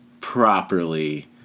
properly